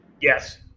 Yes